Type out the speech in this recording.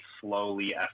slowly